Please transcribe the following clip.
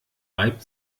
reibt